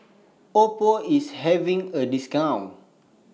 Oppo IS having A discount